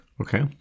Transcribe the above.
Okay